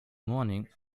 morning